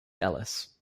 ellis